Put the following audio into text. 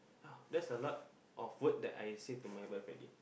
oh that's a lot of word that I say to my wife already